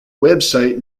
website